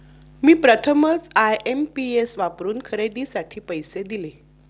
मी प्रथमच आय.एम.पी.एस वापरून खरेदीसाठी पैसे दिले